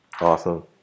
awesome